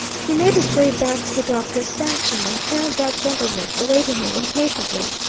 he made his way back to the doctor's sanctum, and found that gentleman awaiting him impatiently.